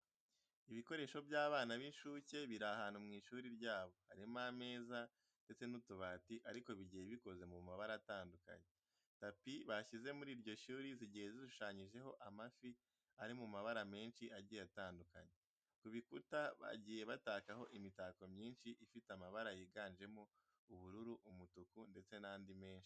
Ibikoresho by'abana b'inshuke biri ahantu mu ishuri ryabo. Harimo ameza ndetse n'utubati ariko bigiye bikoze mu mabara atandukanye. Tapi bashyize muri iryo shuri zigiye zishushanyijeho amafi ari mu mabara menshi agiye atandukanye. Ku bikuta bagiye batakaho imitako myinshi ifite amabara yiganjemo ubururu, umutuku ndetse n'andi menshi.